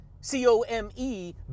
C-O-M-E